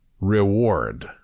reward